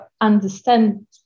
understand